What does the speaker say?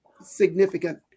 significant